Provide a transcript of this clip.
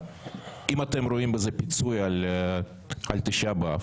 אם אתם רואים בזה פיצוי על תשעה באב,